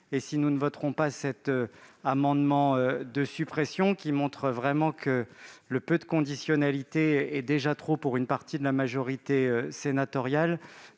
dupes. Nous ne voterons pas cet amendement de suppression, qui montre que même un peu de conditionnalité, c'est déjà trop pour une partie de la majorité sénatoriale,